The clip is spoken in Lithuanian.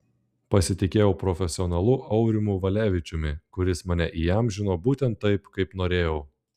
pasitikėjau profesionalu aurimu valevičiumi kuris mane įamžino būtent taip kaip norėjau